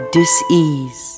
dis-ease